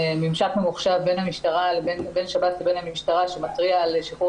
ממשק ממוחשב משותף בין שב"ס לבין המשטרה שמתריע על שחרור